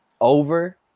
over